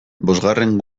bosgarren